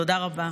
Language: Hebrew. תודה רבה.